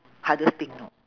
hardest thing you know